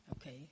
Okay